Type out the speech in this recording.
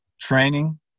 training